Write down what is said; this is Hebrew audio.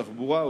תחבורה,